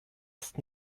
ist